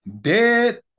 dead